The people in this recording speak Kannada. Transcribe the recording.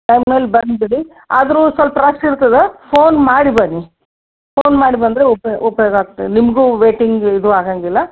ಟೈಮ್ ಮೇಲೆ ಬಂದುಬಿಡಿ ಆದರೂ ಸ್ವಲ್ಪ್ ರಷ್ ಇರ್ತದೆ ಫೋನ್ ಮಾಡಿ ಬನ್ನಿ ಫೋನ್ ಮಾಡಿ ಬಂದರೆ ಉಪ ಉಪಯೋಗ ಆಗ್ತದೆ ನಿಮಗೂ ವೇಟಿಂಗ್ ಇದು ಆಗೋಂಗಿಲ್ಲ